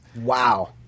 Wow